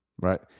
Right